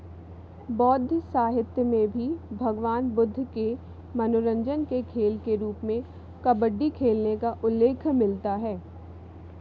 बौद्ध साहित्य में भी भगवान बुद्ध के मनोरंजन के खेल के रूप में कबड्डी खेलने का उल्लेख मिलता है